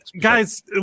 guys